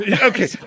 Okay